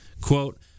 Quote